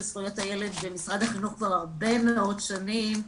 זכויות הילד במשרד החינוך כבר הרבה מאוד שנים,